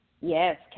Yes